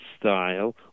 style